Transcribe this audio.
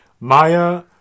Maya